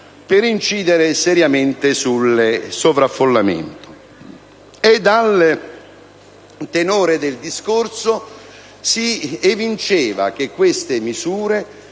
per incidere seriamente sul sovraffollamento. Dal tenore del discorso, si evinceva che tali misure